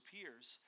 peers